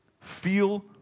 feel